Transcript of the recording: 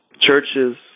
churches